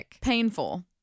Painful